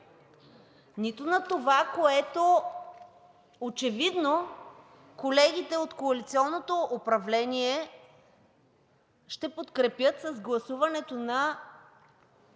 нито на това, което очевидно колегите от коалиционното управление ще подкрепят с гласуването на